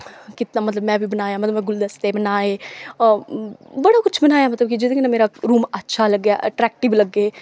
कीता मतलब में बी बनाया मतलब में गुलदस्ते बनाए बड़ा कुछ बनाया मतलब कि जेह्दे कन्नै मेरा रूम अच्छा लग्गे अट्रैक्टिव लग्गे